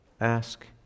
Ask